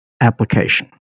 application